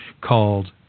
called